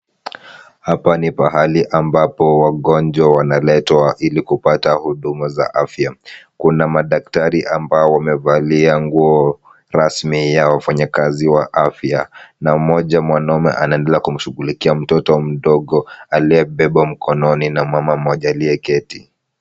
Hapa ni pahali ambapo wagonjwa wanaletwa ili kupata huduma za afya. Kuna madaktari ambao wamevalia nguo rasmi ya wafanyakazi wa afya na mmoja mwanaume anaendelea kumshughulikia mtoto mdogo aliyebebwa mkononi na mama mmoja aliyeketi.